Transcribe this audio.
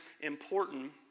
important